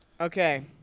Okay